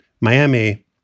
Miami